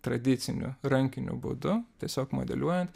tradiciniu rankiniu būdu tiesiog modeliuojant